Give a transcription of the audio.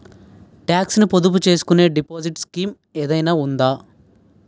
Talks ను పొదుపు చేసుకునే డిపాజిట్ స్కీం ఏదైనా ఉందా?